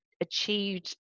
achieved